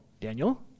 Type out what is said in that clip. Daniel